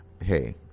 hey